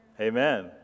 Amen